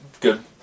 good